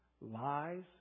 lies